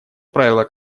правило